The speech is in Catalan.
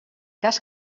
cas